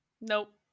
nope